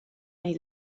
nahi